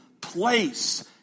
place